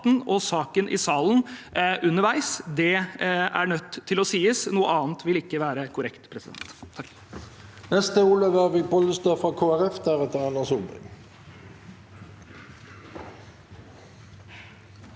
og saken i salen underveis. Det er nødt til å sies; noe annet vil ikke være korrekt. Olaug